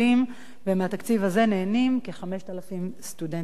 ומהתקציב הזה נהנים כ-5,000 סטודנטים גם כן.